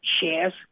shares